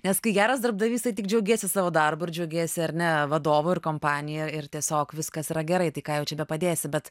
nes kai geras darbdavys tai tik džiaugiesi savo darbu džiaugiesi ar ne vadovu ir kompanija ir tiesiog viskas yra gerai tai ką jau čia bepadėsi bet